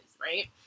right